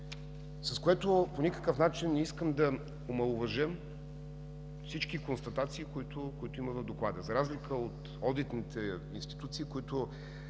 С това по никакъв начин не искам да омаловажа всички констатации, които има в доклада. За разлика от одитните институции, които